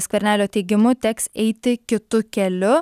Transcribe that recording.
skvernelio teigimu teks eiti kitu keliu